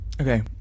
Okay